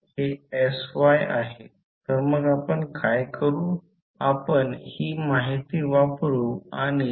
तर प्रश्न असा आहे की पण हे 3 डॉट आहेत ही सर्व समीकरणे आहेत मी लिहिले आहे कृपया लिहा मी ते स्पष्ट करत नाही